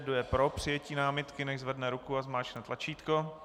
Kdo je pro přijetí námitky, nechť zvedne ruku a zmáčkne tlačítko.